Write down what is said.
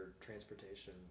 transportation